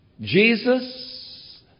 Jesus